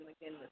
again